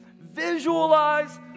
Visualize